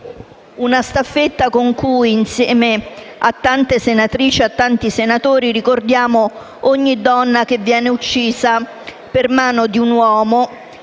una staffetta con cui, insieme a tante senatrici e a tanti senatori, ricordiamo ogni donna che viene uccisa per mano di un uomo